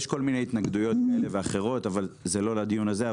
יש כל מיני התנגדויות כאלה ואחרות אבל זה לא לדיון הזה.